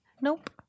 Nope